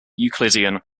euclidean